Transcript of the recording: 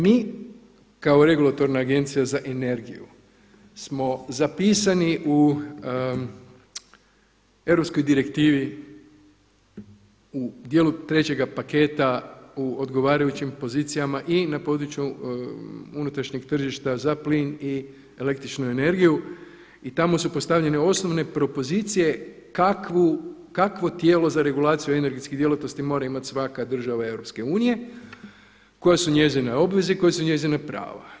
Mi kao regulatorna agencija za energiju smo zapisani u europskoj direktivi u dijelu trećega paketa u odgovarajućim pozicijama i na području unutrašnjeg tržišta za plin i električnu energiju i tamo su postavljene osnovne propozicije kakvo tijelo za regulaciju energetskih djelatnosti mora imati svaka država EU, koje su njezine obveze i koje su njezina prava.